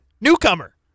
newcomer